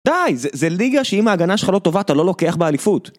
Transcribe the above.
די, זה ליגה שאם ההגנה שלך לא טובה, אתה לא לוקח באליפות.